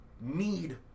need